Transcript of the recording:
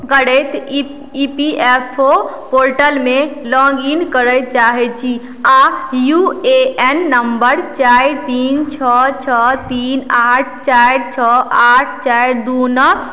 करैत E P F O पोर्टलमे log in करय चाहैत छी आ यू ए एन नम्बर चारि तीन छओ छओ तीन आठ चारि छओ आठ चारि दू नओ